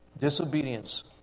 Disobedience